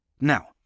Now